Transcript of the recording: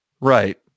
Right